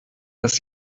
dass